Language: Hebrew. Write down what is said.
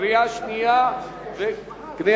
קריאה שנייה ושלישית.